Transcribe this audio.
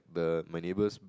the my neighbours